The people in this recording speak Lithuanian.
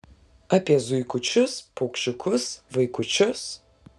apie zuikučius paukščiukus vaikučius